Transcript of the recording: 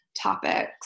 topics